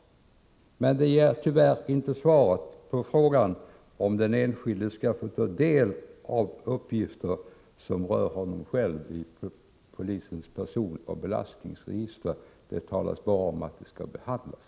Men det ges tyvärr inte svar på frågan om den enskilde skall få ta del av uppgifter som rör honom själv i polisens personoch belastningsregister, utan det talas bara om att frågan skall behandlas.